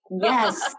Yes